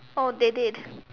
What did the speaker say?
oh they did